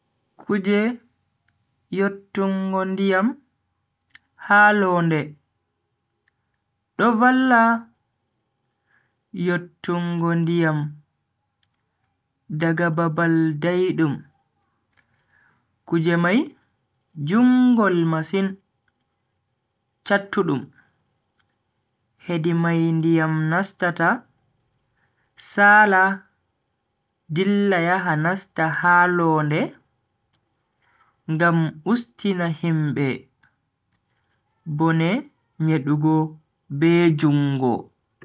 Kuje yottungo ndiyam ha londe, do valla yottungo diyam daga babal daidum. Kuje mai jungol masin, chattudum, hedi mai ndiyam nastata sala dilla yaha nasta ha londe ngam ustina himbe bone nyedugo be jungo.